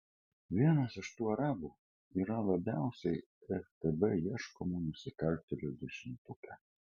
vienas iš tų arabų yra labiausiai ftb ieškomų nusikaltėlių dešimtuke